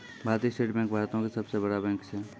भारतीय state bank भारतो के सभ से बड़ा बैंक छै